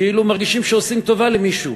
כאילו מרגישים שעושים טובה למישהו.